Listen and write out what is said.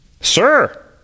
Sir